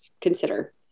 consider